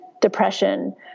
depression